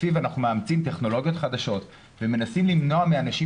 שלפיו אנחנו מאמצים טכנולוגיות חדשות ומנסים למנוע מאנשים